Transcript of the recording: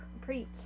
Preach